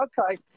Okay